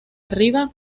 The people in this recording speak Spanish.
arriba